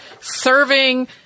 serving